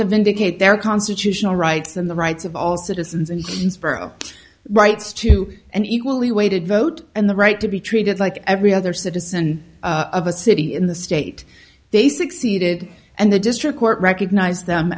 to vindicate their constitutional rights in the rights of all citizens and rights to an equally weighted vote and the right to be treated like every other citizen of a city in the state they succeeded and the district court recognized them